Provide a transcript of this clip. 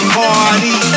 party